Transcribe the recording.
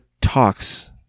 talks